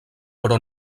però